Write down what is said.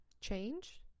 change